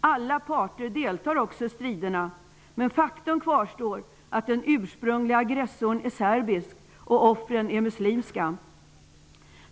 Alla parter deltar också i striderna. Men faktum kvarstår: den ursprungliga aggressorn är serbisk, och offren är muslimska.